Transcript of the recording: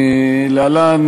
להלן,